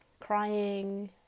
crying